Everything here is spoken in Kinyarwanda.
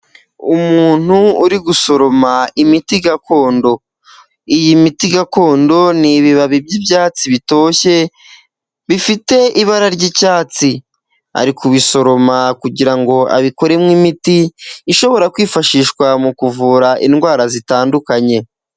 Umuntu uri gusoroma imiti gakondo, iyi miti gakondo ni ibibabi by'ibyatsi bitoshye bifite ibara ry'icyatsi, ari kubisoroma kugirango abikumo imiti ishobora kwifashishwa mu kuvura indwara zitandukanye.